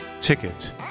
ticket